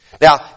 Now